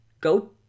go